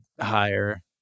higher